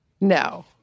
No